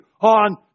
on